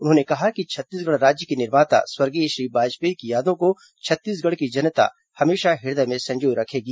उन्होंने कहा है कि छत्तीसगढ़ राज्य के निर्माता स्वर्गीय श्री वाजपेयी की यादों को छत्तीसगढ़ की जनता हमेशा हृदय में संजोए रखेगी